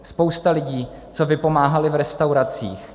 Je spousta lidí, co vypomáhali v restauracích.